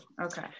okay